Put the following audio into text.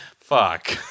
fuck